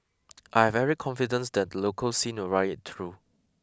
I have every confidence that the local scene will ride it through